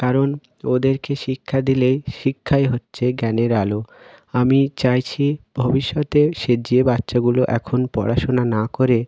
কারণ ওদেরকে শিক্ষা দিলেই শিক্ষাই হচ্ছে জ্ঞানের আলো আমি চাইছি ভবিষ্যতে সে যে বাচ্চাগুলো এখন পড়াশোনা না করে